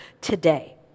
today